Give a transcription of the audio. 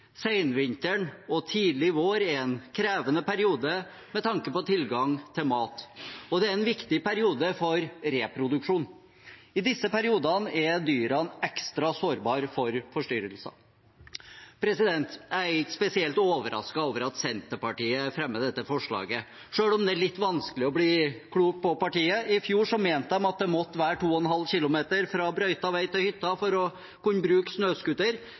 og tidlig vår er en krevende periode med tanke på tilgang til mat, og det er en viktig periode for reproduksjon. I disse periodene er dyrene ekstra sårbare for forstyrrelser. Jeg er ikke spesielt overrasket over at Senterpartiet fremmer dette forslaget, selv om det er litt vanskelig å bli klok på partiet. I fjor mente de at det måtte være 2,5 km fra brøytet vei til hytta for å kunne bruke snøscooter.